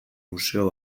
museo